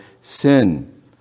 sin